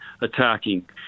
attacking